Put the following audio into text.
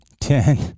Ten